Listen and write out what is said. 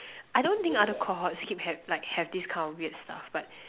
I don't think other cohorts keep have like have these kind of weird stuff but